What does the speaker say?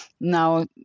now